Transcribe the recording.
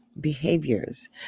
behaviors